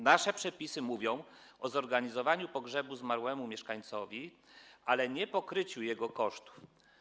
Nasze przepisy mówią o zorganizowaniu pogrzebu zmarłemu mieszkańcowi, ale nie o pokryciu jego kosztów.